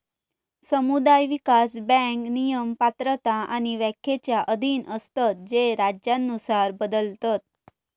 समुदाय विकास बँक नियम, पात्रता आणि व्याख्येच्या अधीन असतत जे राज्यानुसार बदलतत